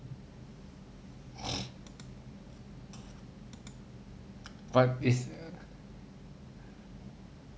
but is